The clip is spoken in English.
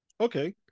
Okay